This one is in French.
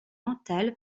mentale